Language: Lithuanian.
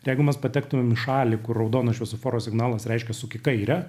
jeigu mes patektumėm į šalį kur raudono šviesoforo signalas reiškia suk į kairę